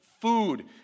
food